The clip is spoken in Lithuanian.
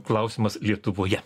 klausimas lietuvoje